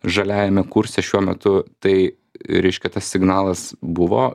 žaliajame kurse šiuo metu tai reiškia tas signalas buvo